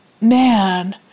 man